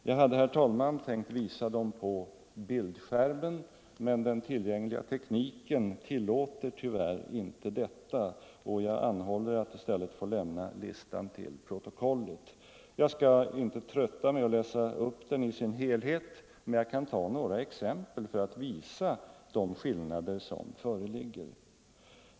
Jag skall peka på några exempel från listan för att visa de skillnader som föreligger.